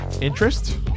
Interest